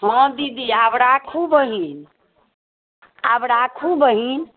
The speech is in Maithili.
हँ दीदी आब राखु बहिन आब राखु बहिन